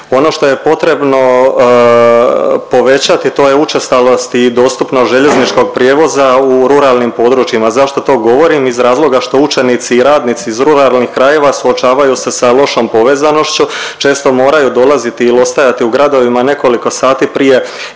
Ono što je potrebno povećati to je učestalost i dostupnost željezničkog prijevoza u ruralnim područjima. Zašto to govorim? Iz razloga što učenici i radnici iz ruralnih krajeva suočavaju se sa lošom povezanošću, često moraju dolaziti il ostajati u gradovima nekoliko sati prije